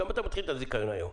למה אתה מתחיל את הזיכיון היום?